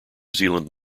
zealand